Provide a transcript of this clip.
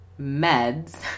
meds